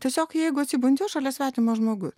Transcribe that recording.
tiesiog jeigu atsibundi šalia svetimas žmogu